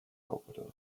overdose